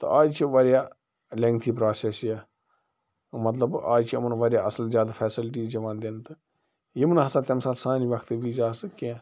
تہٕ آز چھِ واریاہ لیٚنٛگتھی پرٛاسیٚس یہِ مطلب آز چھِ یِمَن واریاہ اصٕل زیادٕ فیسَلٹیٖز یِوان دِنہٕ تہٕ یِم نہٕ ہَسا تَمہِ ساتہٕ سانہِ وَقتہٕ وِزۍ آسہٕ کیٚنٛہہ